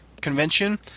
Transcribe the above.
convention